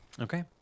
Okay